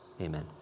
Amen